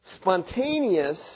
spontaneous